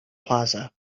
plaza